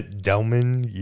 Delman